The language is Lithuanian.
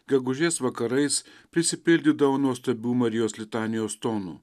gegužės vakarais prisipildydavo nuostabių marijos litanijos tonų